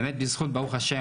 באמת בזכות ברוך השם,